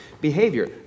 behavior